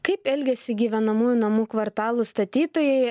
kaip elgiasi gyvenamųjų namų kvartalų statytojai